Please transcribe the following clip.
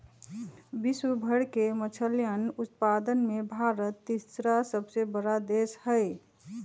विश्व भर के मछलयन उत्पादन में भारत तीसरा सबसे बड़ा देश हई